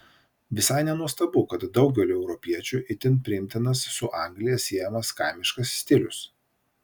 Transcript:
visai nenuostabu kad daugeliui europiečių itin priimtinas su anglija siejamas kaimiškas stilius